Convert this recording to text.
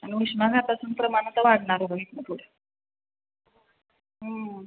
आणि उष्माघातातून प्रमाण आता वाढणार इथनं पुढे